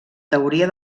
teoria